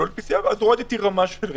אני מוריד רמה של רגישות.